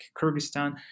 Kyrgyzstan